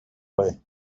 way